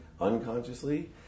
unconsciously